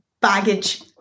baggage